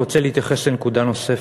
אני רוצה להתייחס לנקודה נוספת.